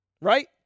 right